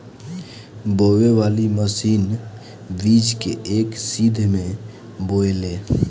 बोवे वाली मशीन बीज के एक सीध में बोवेले